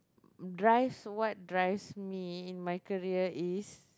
drives what drives me in my career is